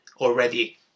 already